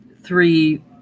three